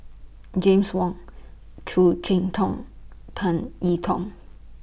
James Wong Khoo Cheng Tiong Tan E Tong